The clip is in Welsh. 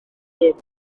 blwm